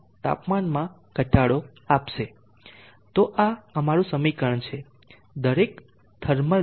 તો આ અમારું સમીકરણ છે દરેક થર્મલ ડ્રોપ છે